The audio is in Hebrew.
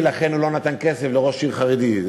ולכן הוא לא נתן כסף לראש עיר חרדי,